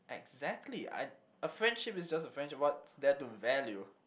exactly I a friendship is just a friendship what's there to value